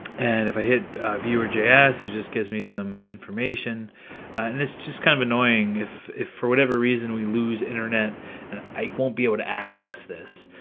and if i hit viewer j s it just gives me some information and this is just kind of annoying, if if for whatever reason we lose internet and i won't be able to access this,